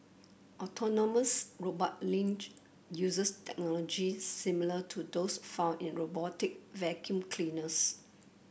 autonomous robot Lynx uses technology similar to those found in robotic vacuum cleaners